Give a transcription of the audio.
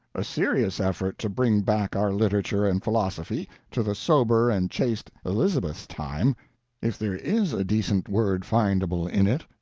a serious effort to bring back our literature and philosophy to the sober and chaste elizabeth's time if there is a decent word findable in it,